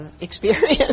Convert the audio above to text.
experience